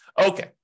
Okay